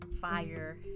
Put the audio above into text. fire